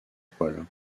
poêle